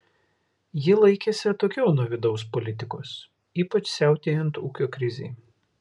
ji laikėsi atokiau nuo vidaus politikos ypač siautėjant ūkio krizei